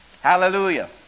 Hallelujah